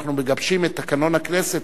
כשאנחנו מגבשים את תקנון הכנסת,